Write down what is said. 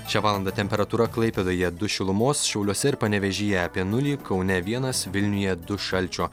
šią valandą temperatūra klaipėdoje du šilumos šiauliuose ir panevėžyje apie nulį kaune vienas vilniuje du šalčio